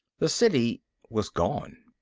the city was gone.